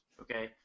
okay